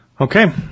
Okay